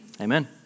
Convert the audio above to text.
Amen